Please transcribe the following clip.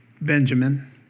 Benjamin